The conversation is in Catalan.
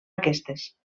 aquestes